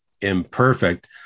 imperfect